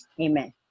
amen